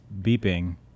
beeping